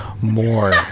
more